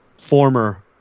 Former